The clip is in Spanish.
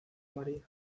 maría